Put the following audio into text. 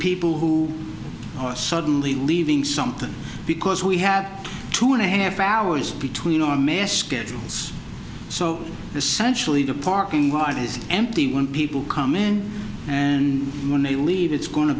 people who suddenly leaving something because we have two and a half hours between our mess it's so essentially the parking lot is empty when people come in and when they leave it's go